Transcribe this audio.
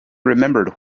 remembered